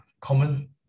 common